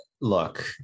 Look